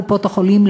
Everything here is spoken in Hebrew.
קופות-החולים,